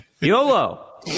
YOLO